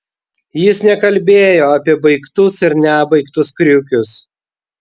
jis nekalbėjo apie baigtus ir nebaigtus kriukius